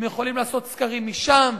הם יכולים לעשות סקרים משם,